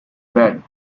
bed